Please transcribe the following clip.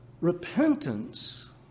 Repentance